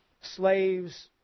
slaves